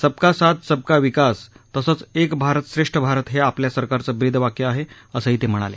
सबका साथ सबका विकास तसंच एक भारत श्रेष्ठ भारत हे आपल्या सरकारचं ब्रीदवाक्य आहे असंही ते म्हणाले